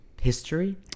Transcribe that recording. history